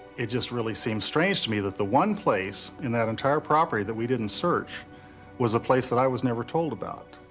it just really seemed strange to me that the one place in that entire property that we didn't search was the place that i was never told about.